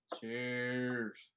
Cheers